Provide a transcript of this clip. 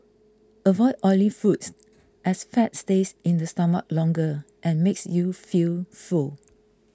avoid oily foods as fat stays in the stomach longer and makes you feel full